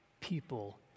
People